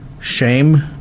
shame